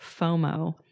FOMO